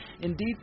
Indeed